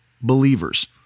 believers